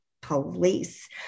police